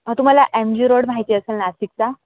हा तुम्हाला M G road माहिती असेल नाशिकचा